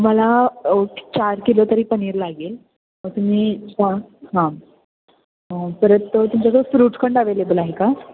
मला चार किलो तरी पनीर लागेल मग तुम्ही हां हां परत तुमच्याकडं फ्रूट्सखंड अवेलेबल आहे का